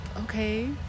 okay